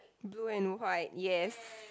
blue and white yes